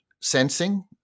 sensing